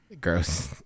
Gross